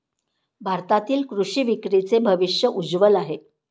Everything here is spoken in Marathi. भारतातील कृषी विक्रीचे भविष्य उज्ज्वल आहे